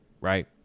right